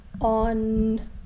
on